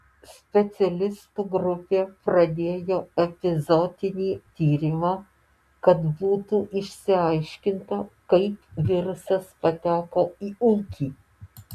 specialistų grupė pradėjo epizootinį tyrimą kad būtų išsiaiškinta kaip virusas pateko į ūkį